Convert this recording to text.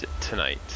tonight